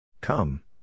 Come